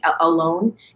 alone